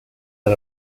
del